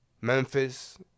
Memphis